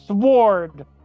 Sword